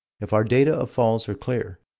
if our data of falls are clear.